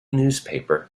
newspaper